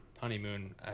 honeymoon